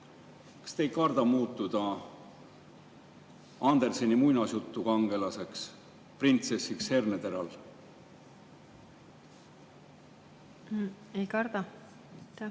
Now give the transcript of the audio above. kas te ei karda muutuda Anderseni muinasjutu kangelaseks, printsessiks herneteral? Aitäh, hea